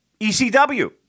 ECW